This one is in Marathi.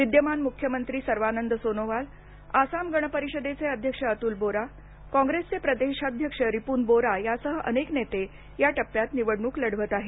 विद्यमान मुख्यमंत्री सर्वानंद सोनोवाल आसाम गण परिषदेचे अध्यक्ष अतुल बोरा कॉंग्रेसचे प्रदेशाध्यक्ष रिपून बोरा यासह अनेक नेते या टप्प्यात निवडणूक लढवत आहेत